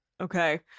Okay